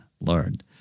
learned